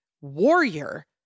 warrior